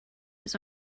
his